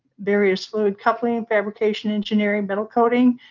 various fluid coupling, fabrication, engineering, metal coating,